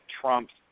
Trump's